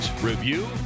review